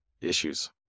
issues